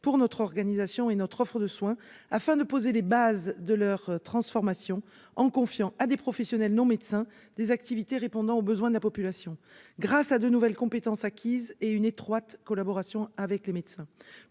pour notre organisation et pour notre offre de soins. Il s'agit de poser les bases de leur transformation en confiant à des professionnels non-médecins des activités répondant aux besoins de la population, grâce à de nouvelles compétences acquises et à une étroite collaboration avec les médecins.